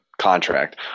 contract